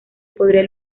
podría